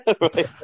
Right